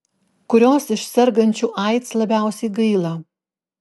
kurios iš sergančių aids labiausiai gaila